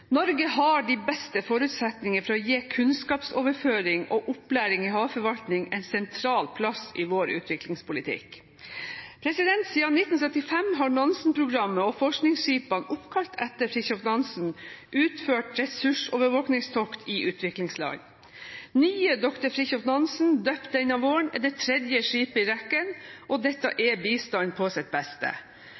Norge har de beste forutsetninger for å gi kunnskapsoverføring og opplæring i havforvaltning en sentral plass i vår utviklingspolitikk. Siden 1975 har Nansen-programmet og forskningsskipene oppkalt etter Fridtjof Nansen utført ressursovervåkingstokt i utviklingsland. Nye «Dr. Fridtjof Nansen», døpt denne våren, er det tredje skipet i rekken, og dette er bistand på sitt beste.